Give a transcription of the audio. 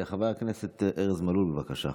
חבר הכנסת ארז מלול, בבקשה.